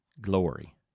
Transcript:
glory